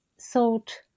thought